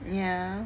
yeah